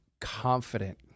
confident –